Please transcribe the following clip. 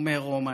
אומר רומן.